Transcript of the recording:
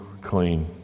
clean